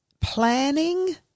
planning